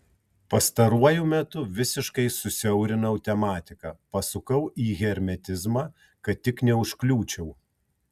pastaruoju metu visiškai susiaurinau tematiką pasukau į hermetizmą kad tik neužkliūčiau